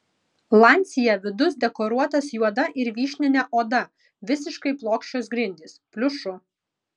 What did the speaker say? lancia vidus dekoruotas juoda ir vyšnine oda visiškai plokščios grindys pliušu